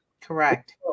Correct